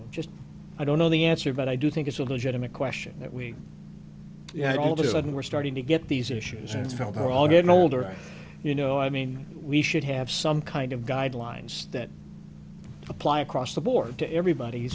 you just i don't know the answer but i do think it's a legitimate question that we had all the sudden we're starting to get these issues and it's felt all getting older you know i mean we should have some kind of guidelines that apply across the board to everybody